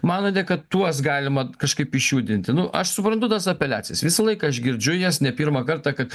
manote kad tuos galima kažkaip išjudinti nu aš suprantu tas apeliacijas visą laiką aš girdžiu jas ne pirmą kartą kad